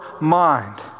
mind